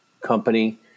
company